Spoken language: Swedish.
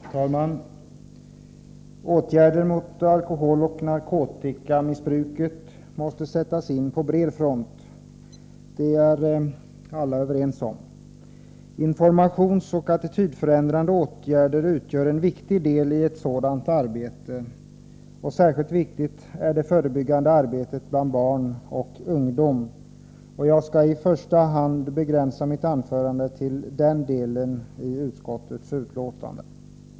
Herr talman! Åtgärder mot alkoholoch narkotikamissbruket måste sättas in på bred front. Det är alla överens om. Information och attitydförändrande åtgärder utgör en viktig del i ett sådant arbete. Särskilt viktigt är det förebyggande arbetet bland barn och ungdom. Jag skall begränsa mitt anförande till i första hand denna del av utskottsbetänkandet.